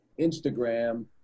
Instagram